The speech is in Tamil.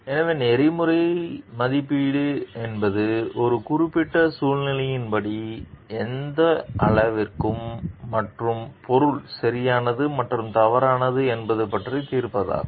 எனவே நெறிமுறை மதிப்பீடு என்பது ஒரு குறிப்பிட்ட சூழ்நிலையின்படி எந்த அளவிற்கு மற்றும் பொருள் சரியானது மற்றும் தவறானது என்பது பற்றிய தீர்ப்பாகும்